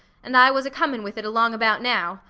and i was a coming with it along about now,